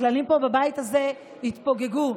הכללים בבית הזה התפוגגו.